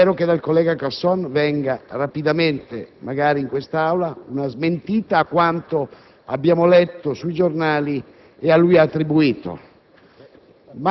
e spero che dal collega Casson venga rapidamente, magari in quest'Aula, una smentita di quanto abbiamo letto sui giornali e a lui attribuito.